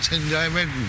enjoyment